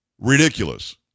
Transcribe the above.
ridiculous